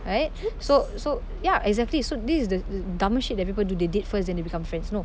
right so so ya exactly so this is the dumbest shit that people do they date first then they become friends no